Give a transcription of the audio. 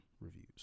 reviews